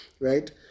Right